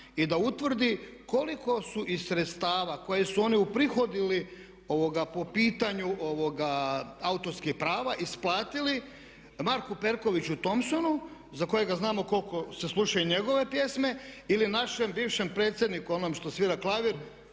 i da utvrdi koliko su iz sredstava koje su oni uprihodili po pitanju ovoga autorskih prava isplatili Marku Perkoviću Thompsonu za kojega znamo koliko se slušaju njegove pjesme ili našem bivšem predsjedniku onom što svira klavir,